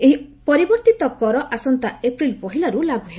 ଏହି ପରିବର୍ତ୍ତିତ କର ଆସନ୍ତା ଏପ୍ରିଲ୍ ପହିଲାରୁ ଲାଗୁ ହେବ